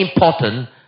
important